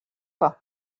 pas